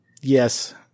Yes